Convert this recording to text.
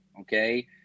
okay